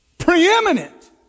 Preeminent